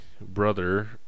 brother